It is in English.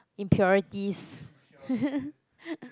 impurities